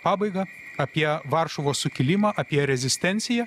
pabaigą apie varšuvos sukilimą apie rezistenciją